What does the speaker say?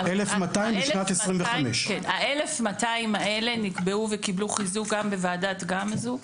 1,200 בשנת 2025. ה-1,200 האלה נקבעו וקיבלו חיזוק גם בוועדת גמזו,